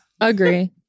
Agree